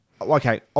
Okay